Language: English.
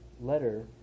letter